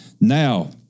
Now